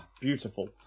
...beautiful